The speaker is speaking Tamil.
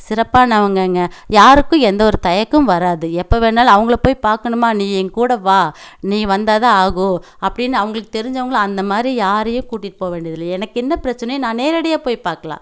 சிறப்பானவங்கங்க யாருக்கும் எந்த ஒரு தயக்கமும் வராது எப்போ வேணுனாலும் அவங்களை போய் பார்க்கணுமா நீ என் கூட வா நீ வந்தால் தான் ஆகும் அப்படின்னு அவங்களுக்கு தெரிஞ்சவங்களை அந்தமாதிரி யாரையும் கூட்டிட்டு போக வேண்டியதில்லை என்னக்கென்ன பிரச்சனையோ நான் நேரடியாக போய் பார்க்கலாம்